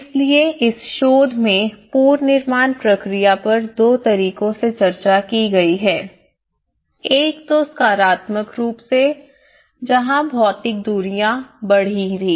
इसलिए इस शोध में पुनर्निर्माण प्रक्रिया पर दो तरीकों से चर्चा की गई है एक तो सकारात्मक रूप से जहाँ भौतिक दूरियाँ बढ़ी थीं